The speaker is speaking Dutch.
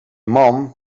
man